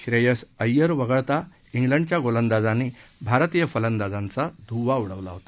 श्रेयस अय्यर वगळता क्रिंडच्या गोलंदाजांनी भारतीय फलंदाजांचा धुव्वा उडवला होता